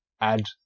add